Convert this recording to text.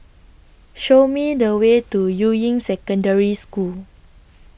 Show Me The Way to Yuying Secondary School